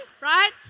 right